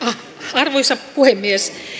arvoisa puhemies